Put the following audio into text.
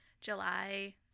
July